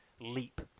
Leap